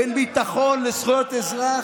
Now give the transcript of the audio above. בין ביטחון לזכויות אזרח.